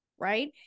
right